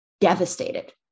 devastated